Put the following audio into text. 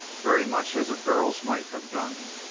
very much as a girl's might have done.